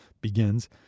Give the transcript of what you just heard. begins